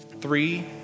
Three